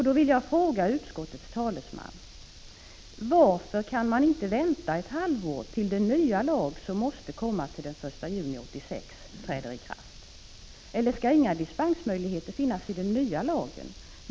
Då vill jag fråga utskottets talesman: Varför kan man inte vänta ett halvår på den nya lag som måste komma och träda i kraft till den 1 juli 1986? Eller är det så att inga dispensmöjligheter skall finnas i den nya lagen?